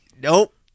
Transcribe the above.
Nope